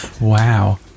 Wow